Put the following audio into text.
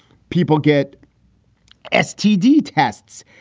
people get sdd tests.